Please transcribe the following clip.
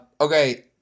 Okay